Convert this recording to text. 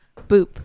Boop